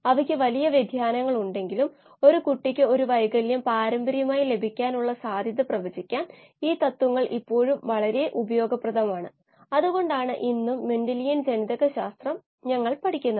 അതിനാൽ ഈ അവസ്ഥകളെല്ലാം പ്രവർത്തന അവസ്ഥയിൽ ക്രമീകരിക്കുകയും kLa അളക്കുകയും ചെയ്യുക എന്നതാണ് സാധാരണയായി ചെയ്യുന്നത്